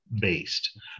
based